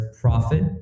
profit